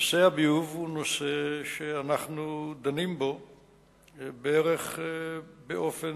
נושא הביוב הוא נושא שאנחנו דנים בו בערך, באופן